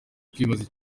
kwibaza